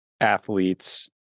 Athletes